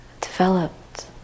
developed